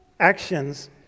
actions